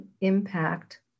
impact